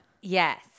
Yes